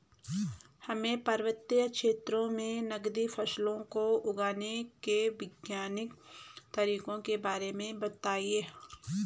हमें पर्वतीय क्षेत्रों में नगदी फसलों को उगाने के वैज्ञानिक तरीकों के बारे में बताइये?